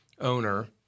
owner